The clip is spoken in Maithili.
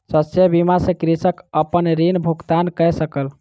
शस्य बीमा सॅ कृषक अपन ऋण भुगतान कय सकल